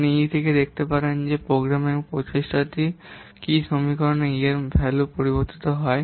আপনি E থেকে দেখতে পারেন যে প্রোগ্রামিংয়ের প্রচেষ্টাটি কী সমীকরণে E এর পরিবর্তিত হয়